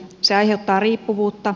se aiheuttaa riippuvuutta